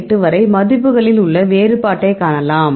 8 வரை மதிப்புகளில் உள்ள வேறுபாட்டைக் காணலாம்